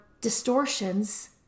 distortions